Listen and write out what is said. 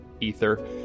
ether